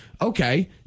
Okay